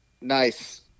Nice